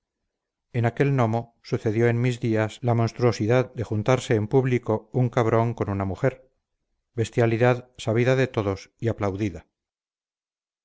en aquel nomo sucedió en mis días la monstruosidad de juntarse en público un cabrón con una mujer bestialidad sabida de todos y aplaudida